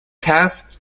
test